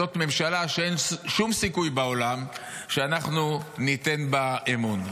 זאת ממשלה שאין שום סיכוי בעולם שאנחנו ניתן בה אמון.